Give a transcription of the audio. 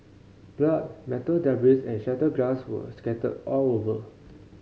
blood metal debris and shattered glass were scattered all over